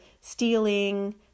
stealing